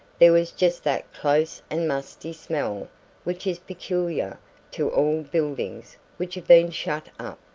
there was just that close and musty smell which is peculiar to all buildings which have been shut up,